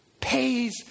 pays